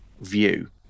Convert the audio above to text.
view